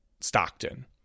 Stockton